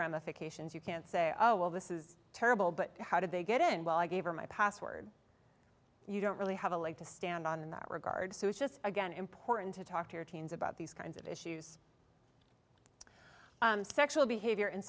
ramifications you can't say oh well this is terrible but how did they get in while i gave her my password you don't really have a leg to stand on in that regard so it's just again important to talk to your teens about these kinds of issues sexual behavior